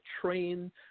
train